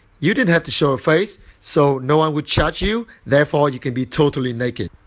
you didn't have to show a face. so no one would judge you. therefore, you can be totally naked.